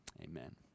Amen